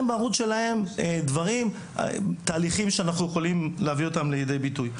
בערוץ שלהם תהליכים שאנחנו יכולים להביא לידי ביטוי.